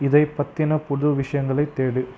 இதைப் பற்றின புது விஷயங்களைத் தேடு